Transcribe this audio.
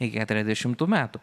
iki keturiasdešimtų metų